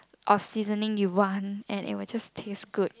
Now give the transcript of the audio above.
or seasoning you want and it will just taste good